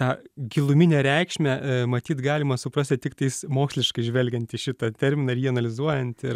tą giluminę reikšmę matyt galima suprasti tiktais moksliškai žvelgiant į šitą terminą ir jį analizuojant ir